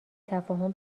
تفاهم